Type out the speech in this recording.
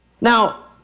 Now